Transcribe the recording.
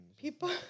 People